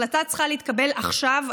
החלטה צריכה להתקבל עכשיו,